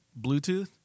Bluetooth